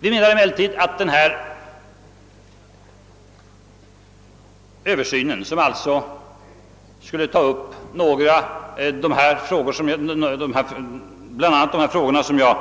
Vi menar alltså att vi med den översyn, som skulle ta upp några av de frågor jag här